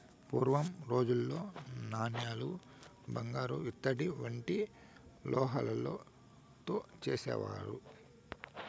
పూర్వం రోజుల్లో నాణేలు బంగారు ఇత్తడి వంటి లోహాలతో చేసేవారు